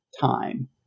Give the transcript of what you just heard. time